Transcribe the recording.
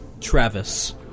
Travis